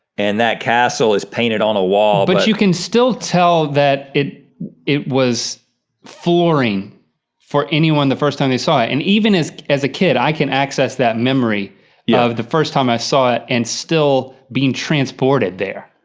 and that castle is painted on a wall. but you can still tell that it it was flooring for anyone the first time they saw it. and even as as a kid, i can access that memory yeah of the first time i saw it, and still being transported there.